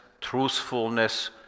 truthfulness